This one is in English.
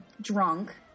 drunk